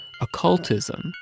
occultism